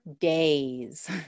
days